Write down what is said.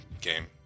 game